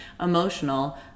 emotional